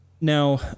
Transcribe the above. Now